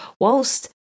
whilst